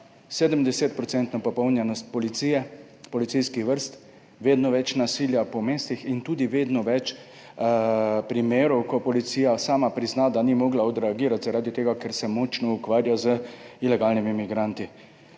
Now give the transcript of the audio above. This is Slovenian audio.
policije, policijskih vrst, vedno več nasilja po mestih in tudi vedno več primerov, ko policija sama prizna, da ni mogla odreagirati zaradi tega, ker se močno ukvarja z ilegalnimi migranti.